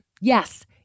Yes